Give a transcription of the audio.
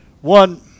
one